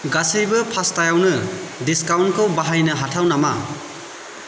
गासैबो पास्तायावनो डिसकाउन्टखौ बाहायनो हाथाव नामा